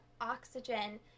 oxygen